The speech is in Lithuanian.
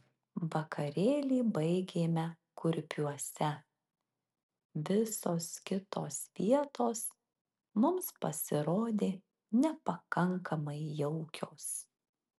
vakarėlį baigėme kurpiuose visos kitos vietos mums pasirodė nepakankamai jaukios